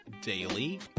daily